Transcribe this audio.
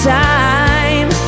time